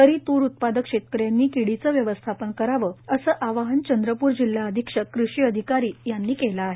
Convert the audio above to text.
तरी तूर उत्पादक शेतकऱ्यांनी किडीचे व्यवस्थापन करावे असे आवाहन चंद्रप्र जिल्हा अधिक्षक क़षी अधिकारी यांनी केले आहे